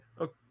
okay